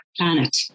planet